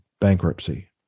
bankruptcy